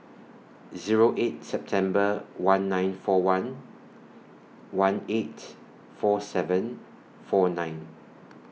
Zero eight September one nine four one one eight four seven four nine